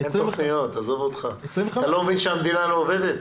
אתה לא מבין שהמדינה לא עובדת?